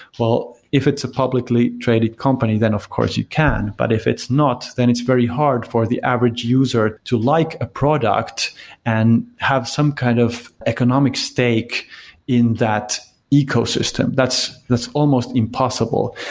if it's a publicly traded company, then of course you can. but if it's not, then it's very hard for the average user to like a product and have some kind of economic stake in that ecosystem. that's that's almost impossible.